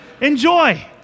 Enjoy